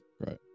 Right